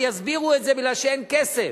ויסבירו את זה, כי אין כסף.